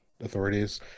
authorities